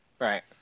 Right